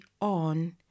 on